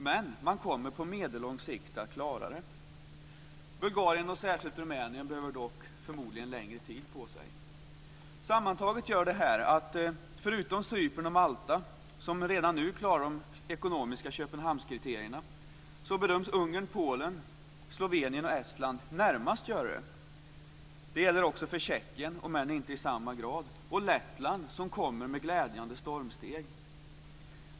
Men de kommer på medellång sikt att klara det. Bulgarien och särskilt Rumänien behöver dock förmodligen längre tid på sig. Sammantaget gör detta att förutom Cypern och Malta, som redan nu klarar de ekonomiska Köpenhamnskriterierna, så bedöms Ungern, Polen, Slovenien och Estland närmast att göra det. Det gäller också för Tjeckien, om än inte i samma grad, och Lettland som kommer med glädjande stormsteg.